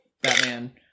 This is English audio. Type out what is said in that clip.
Batman